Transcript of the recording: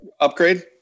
upgrade